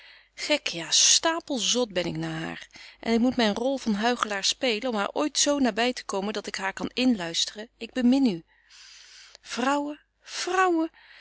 gek ja stapel zot ben ik na haar en ik moet myn rol van huichelaar spelen om haar ooit zo naby te komen dat ik haar kan inluisteren ik bemin u vrouwen vrouwen